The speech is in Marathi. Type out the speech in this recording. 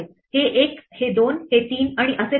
हे 1 हे 2 हे 3 आणि असेच पुढे